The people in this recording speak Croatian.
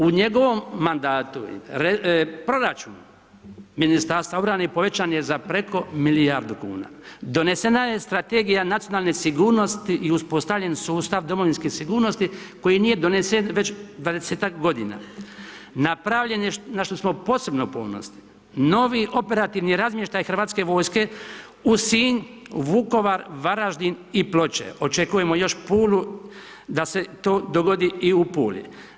U njegovom mandatu proračun Ministarstva obrane povećan za preko milijardu kuna, donesena je strategija nacionalne sigurnosti i uspostavljen sustav domovinske sigurnosti koji nije donesen već 20-tak godina, napravljen je, na što smo posebno ponosni, novi operativni razmještaj Hrvatske vojske u Sinj, u Vukovar, Varaždin i Ploče, očekujemo još Pulu, da se to dogodi i u Puli.